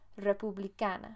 republicana